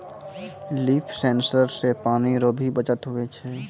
लिफ sensor से पानी रो भी बचत हुवै छै